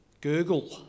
Google